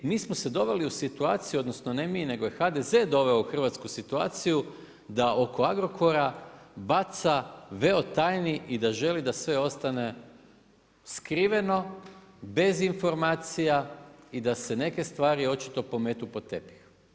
Mi smo se doveli do situaciju, odnosno, ne mi nego je HDZ doveo Hrvatsku u situaciju da oko Agrokora baca veo tajni i da želi da sve ostaje skriveno, bez informacija i da se neke stvari očito pometu pod tepih.